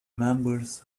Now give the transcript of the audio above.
members